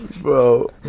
Bro